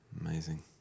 Amazing